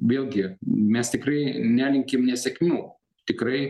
vėlgi mes tikrai nelinkim nesėkmių tikrai